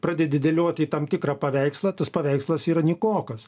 pradedi dėlioti į tam tikrą paveikslą tas paveikslas yra nykokas